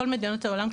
בכל מדינות העולם,